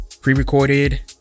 pre-recorded